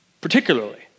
Particularly